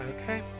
Okay